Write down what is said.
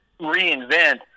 reinvent